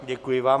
Děkuji vám.